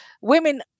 women